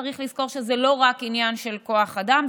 צריך לזכור שזה לא רק עניין של כוח אדם,